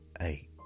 eight